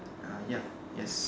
uh ya yes